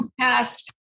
past